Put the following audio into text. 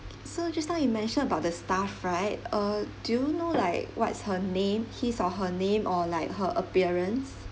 so just now you mentioned about the staff right uh do know like what's her name his or her name or like her appearance